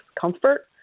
comfort